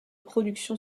production